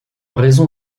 raison